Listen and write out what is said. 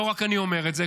לא רק אני אומר את זה,